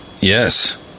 Yes